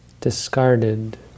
discarded